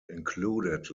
included